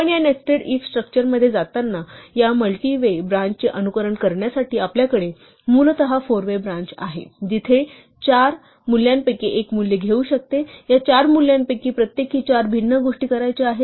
आपण या nested if स्ट्रक्चरमध्ये जाताना या मल्टि वे ब्रान्चचे अनुकरण करण्यासाठी आपल्याकडे मूलत फोर वे ब्रान्च आहे जिथे x चार मूल्यांपैकी एक मूल्य घेऊ शकते या चार मूल्यांपैकी प्रत्येकी चार भिन्न गोष्टी करायच्या आहेत